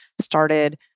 started